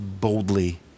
boldly